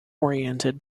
oriented